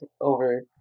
over